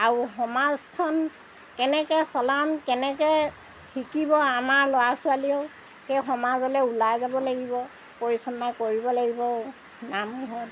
আৰু সমাজখন কেনেকৈ চলাম কেনেকৈ শিকিব আমাৰ ল'ৰা ছোৱালীয়েও সেই সমাজলৈ ওলাই যাব লাগিব পৰিচালনা কৰিব লাগিব নামঘৰত